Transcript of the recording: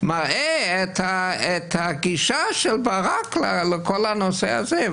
את הגישה של ברק לכל הנושא הזה,